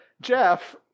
Jeff